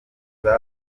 kuri